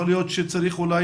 יכול להיות שצריך אולי